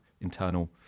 internal